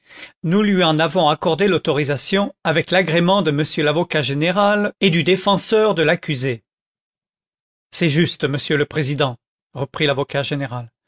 nous lui en avons accordé l'autorisation avec l'agrément de monsieur l'avocat général et du défenseur de l'accusé c'est juste monsieur le président reprit l'avocat général